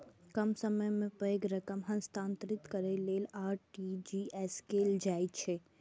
कम समय मे पैघ रकम हस्तांतरित करै लेल आर.टी.जी.एस कैल जाइ छै